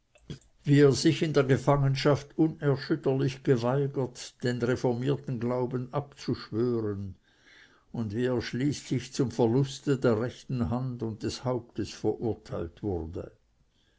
wie er sich in der gefangenschaft unerschütterlich geweigert den reformierten glauben abzuschwören und wie er schließlich zum verluste der rechten hand und des hauptes verurteilt wurde